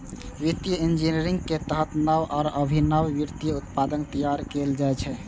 वित्तीय इंजीनियरिंग के तहत नव आ अभिनव वित्तीय उत्पाद तैयार कैल जाइ छै